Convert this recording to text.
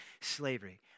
slavery